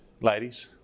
ladies